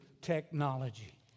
technology